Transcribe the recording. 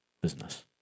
business